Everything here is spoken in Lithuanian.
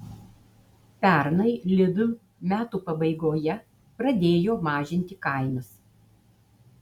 pernai lidl metų pabaigoje pradėjo mažinti kainas